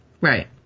right